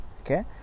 Okay